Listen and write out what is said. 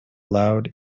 loud